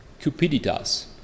cupiditas